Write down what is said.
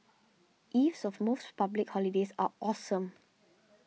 eves of most public holidays are awesome